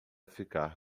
ficar